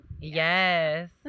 Yes